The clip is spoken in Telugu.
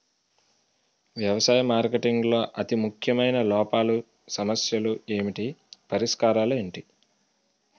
వ్యవసాయ మార్కెటింగ్ లో అతి ముఖ్యమైన లోపాలు సమస్యలు ఏమిటి పరిష్కారాలు ఏంటి?